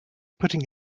putting